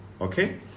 Okay